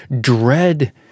dread